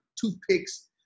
toothpicks